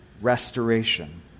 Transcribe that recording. restoration